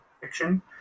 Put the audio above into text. fiction